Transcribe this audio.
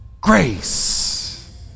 Grace